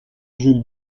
jules